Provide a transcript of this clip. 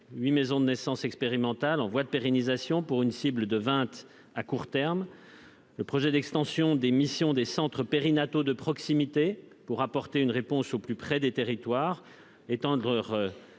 maisons de naissance expérimentales en voie de pérennisation pour une cible de vingt à court terme. Le projet d'extension des missions des centres périnataux de proximité vise à apporter une réponse au plus près des territoires.